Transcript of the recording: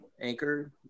Anchor